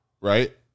right